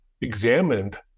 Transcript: examined